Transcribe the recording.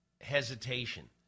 hesitation